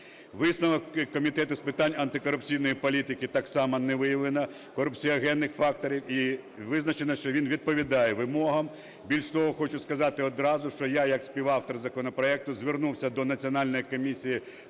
Висновок Комітету з питань антикорупційної політики: так само не виявлено корупціогенних факторів. І визначено, що він відповідає вимогам. Більше того, хочу сказати одразу, що я як співавтор законопроекту звернувся до Національної комісії